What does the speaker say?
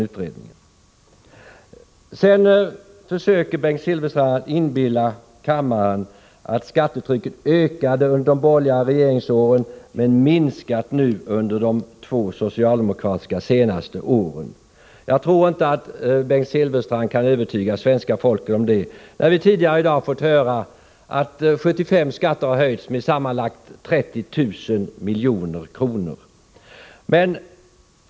Vidare försöker Bengt Silfverstrand inbilla kammaren att skattetrycket ökade under de borgerliga regeringsåren men har minskat under de två senaste socialdemokratiska åren. Jag tror inte att Bengt Silfverstrand kan övertyga svenska folket om det, när vi tidigare i dag har fått höra att 75 skatter har höjts med sammanlagt 30 miljarder kronor.